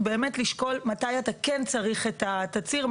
לשקול מתי אתה כן צריך את התצהיר,